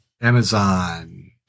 Amazon